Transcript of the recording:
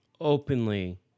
openly